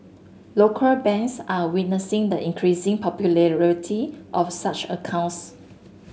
local banks are witnessing the increasing popularity of such accounts